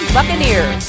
Buccaneers